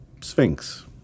sphinx